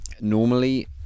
normally